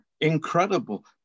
Incredible